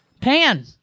Pan